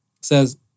says